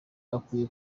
akwiye